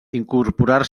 incorporar